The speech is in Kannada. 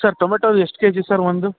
ಸರ್ ಟೊಮೆಟೊ ಎಷ್ಟು ಕೆ ಜಿ ಸರ್ ಒಂದು